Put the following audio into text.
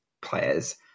players